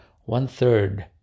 one-third